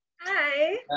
Hi